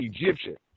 Egyptian